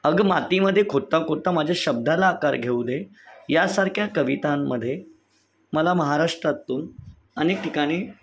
अगं मातीमध्ये खोदता खोदता माझ्या शब्दाला आकार घेऊ दे यासारख्या कविताांमध्ये मला महाराष्ट्रातून अनेक ठिकाणी